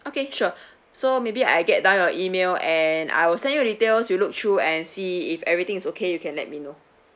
okay sure so maybe I get down your email and I'll send you the details you look through and see if everything's okay you can let me know